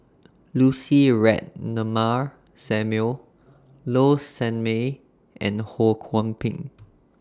Lucy Ratnammah Samuel Low Sanmay and Ho Kwon Ping